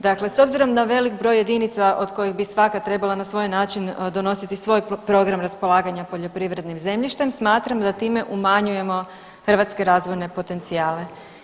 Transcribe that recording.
Dakle, s obzirom na velik broj jedinica od koja bi svaka trebala na svoj način donositi svoj program raspolaganja poljoprivrednim zemljištem smatram da time umanjujemo hrvatske razvojne potencijale.